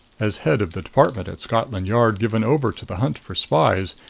as head of the department at scotland yard given over to the hunt for spies,